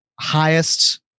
highest